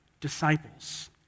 disciples